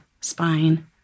spine